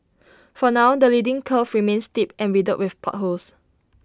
for now the leading curve remains steep and riddled with potholes